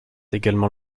également